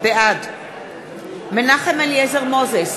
בעד מנחם אליעזר מוזס,